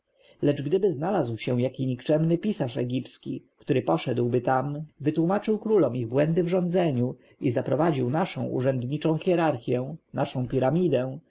lecz gdyby znalazł się jaki nikczemny pisarz egipski który poszedłby tam wytłomaczył królom ich błędy w rządzeniu i zaprowadził naszą urzędniczą hierarchję naszą piramidę